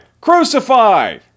Crucify